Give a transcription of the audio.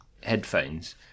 headphones